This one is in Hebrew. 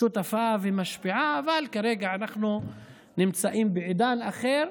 שותפה ומשפיעה, אבל כרגע אנחנו נמצאים בעידן אחר.